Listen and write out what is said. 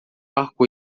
arco